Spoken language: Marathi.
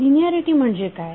लिनिऍरिटी म्हणजे काय